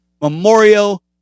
Memorial